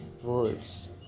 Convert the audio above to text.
words